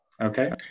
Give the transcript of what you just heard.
Okay